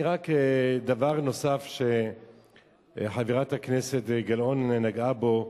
דבר נוסף, שחברת הכנסת גלאון נגעה בו,